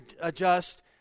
adjust